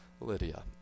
Lydia